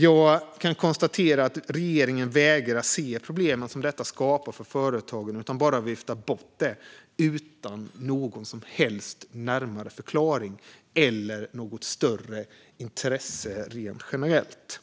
Jag kan konstatera att regeringen vägrar se de problem som detta skapar för företagen utan bara viftar bort det utan någon som helst närmare förklaring eller något större intresse rent generellt.